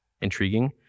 intriguing